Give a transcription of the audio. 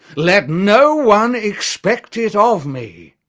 let no one expect it of me.